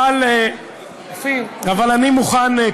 אבל אני מוכן,